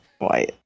White